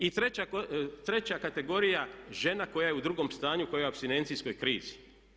I treća kategorija žena koja je u drugom stanju koja je u apstinencijskoj krizi.